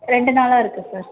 ரெண்டு நாளாக இருக்குது சார்